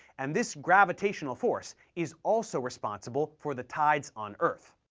and this gravitational force is also responsible for the tides on earth.